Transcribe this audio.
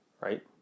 Right